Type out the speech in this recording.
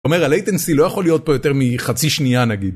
...אומר הלייטנסטי לא יכול להיות פה יותר מחצי שניה נגיד